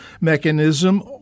mechanism